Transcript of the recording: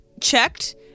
checked